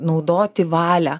naudoti valią